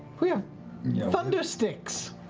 we have thunder sticks!